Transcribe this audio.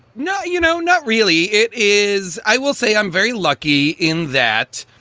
no, you know, not really. it is i will say i'm very lucky in that.